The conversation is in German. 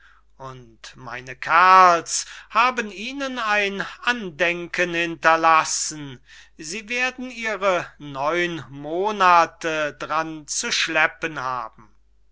und meine kerls haben ihnen ein andenken hinterlassen sie werden ihre neun monathe dran zu schleppen haben